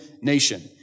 nation